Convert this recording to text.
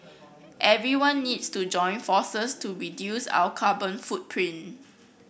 everyone needs to join forces to reduce our carbon footprint